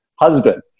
husband